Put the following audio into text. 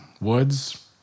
woods